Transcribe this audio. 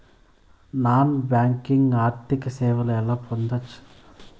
Non banking ఆర్థిక సేవలు ఎలా పొందొచ్చు?